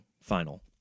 final